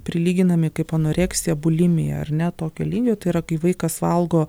prilyginami kaip anoreksija bulimija ar ne tokio lygio tai yra kai vaikas valgo